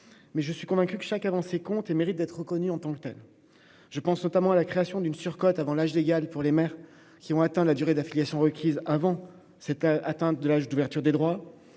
mais je suis convaincu que chaque avancée compte et mérite d'être reconnue en tant que telle. Je pense à la création d'une surcote avant l'âge légal pour les mères ayant atteint la durée d'affiliation requise avant l'âge d'ouverture des droits,